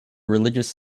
religious